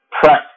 press